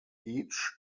each